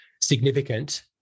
significant